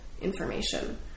information